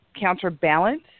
counterbalance